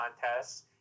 contests